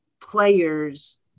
players